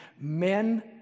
Men